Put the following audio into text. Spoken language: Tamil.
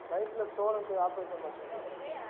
வயிற்றுல ஸ்டோன்னுட்டு ஆப்ரேஷன் பண்ணிட்டு வந்துருக்கிறேன் மேடம்